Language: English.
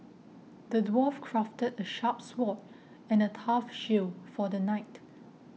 the dwarf crafted a sharp sword and a tough shield for the knight